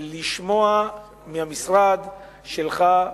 לשמוע מהמשרד שלך,